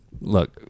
look